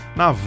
na